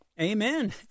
Amen